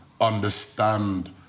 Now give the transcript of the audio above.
understand